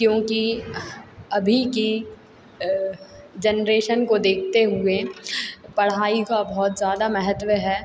क्योंकि अभी के जनरेशन को देखते हुए पढ़ाई का बहुत ज्यादा महत्व है